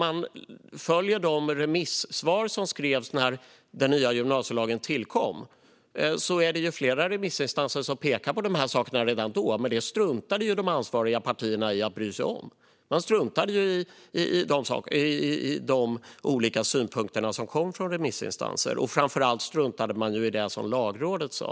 Av de remissvar som skrevs när den nya gymnasielagen tillkom framgår att flera remissinstanser pekade på dessa saker redan då, men det struntade de ansvariga partierna i att bry sig om. Man struntade i de olika synpunkter som kom från remissinstanser, och framför allt struntade man i det som Lagrådet sa.